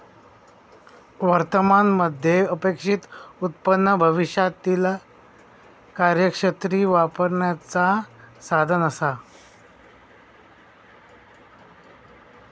वर्तमान मध्ये अपेक्षित उत्पन्न भविष्यातीला कार्यशक्ती वापरण्याचा साधन असा